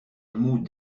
moue